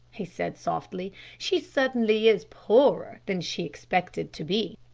he said softly. she certainly is poorer than she expected to be.